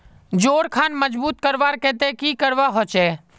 जोड़ खान मजबूत करवार केते की करवा होचए?